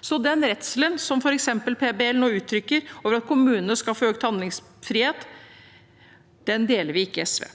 Så den redselen, som f.eks. PBL nå uttrykker, for at kommunene skal få økt handlingsfrihet, deler ikke vi i SV.